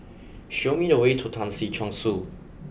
show me the way to Tan Si Chong Su